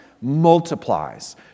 multiplies